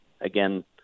again